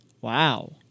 wow